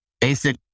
basic